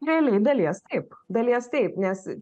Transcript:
realiai dalies taip dalies taip nes